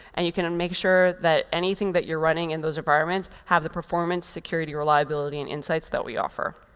and you can and make sure that anything that you're running in those environments have the performance, security, reliability, and insights that we offer.